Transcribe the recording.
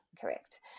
correct